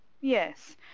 Yes